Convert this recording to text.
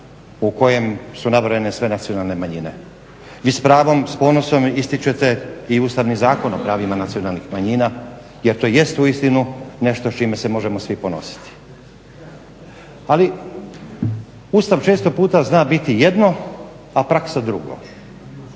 u kojem su nabrojane sve nacionalne manjine, vi s pravom i ponosom ističete i Ustavni zakon o pravima nacionalnih manjina jer to jest uistinu nešto s čime se možemo svi ponositi. Ali Ustav često puta zna biti jedno, a praksa drugo.